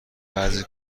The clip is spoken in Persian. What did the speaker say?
بعضی